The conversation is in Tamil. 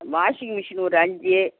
வாஷிங் மிஷினு ஒரு அஞ்சு